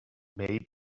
maybe